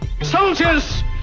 Soldiers